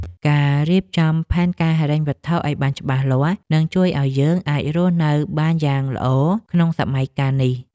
ការរៀបចំផែនការហិរញ្ញវត្ថុឱ្យបានច្បាស់លាស់នឹងជួយឱ្យយើងអាចរស់នៅបានយ៉ាងល្អក្នុងសម័យកាលនេះ។